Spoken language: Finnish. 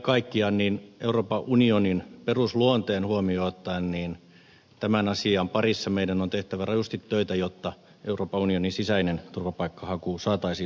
mutta kaiken kaikkiaan euroopan unionin perusluonne huomioon ottaen tämän asian parissa meidän on tehtävä rajusti töitä jotta euroopan unionin sisäinen turvapaikkahaku saataisiin loppumaan